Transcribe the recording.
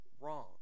Wrong